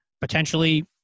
potentially